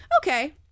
Okay